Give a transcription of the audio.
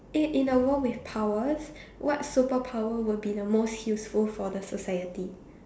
eh in a world with powers what superpower will be the most useful for the society